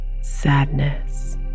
sadness